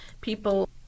people